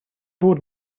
bod